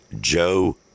Joe